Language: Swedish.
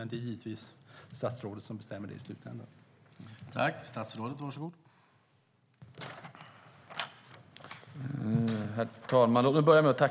Det är givetvis statsrådet som i slutändan bestämmer det.